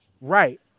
Right